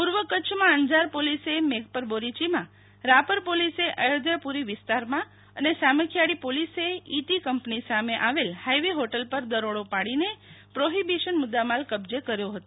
પૂર્વ કચ્છમાં અંજાર પોલીસે મેઘપર બોરીયીમાં રાપર પોલીસે ખયોઘ્યાપુરી વિસ્તારમાં અને સામખિયાળી પોલીસે ઇટી કંપની સામે આવેલ હાઈવે હોટલ પર દરોડી પાડીને પ્રોહીબીશન મુદ્દામાલ કબજે કર્યો હતો